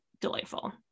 delightful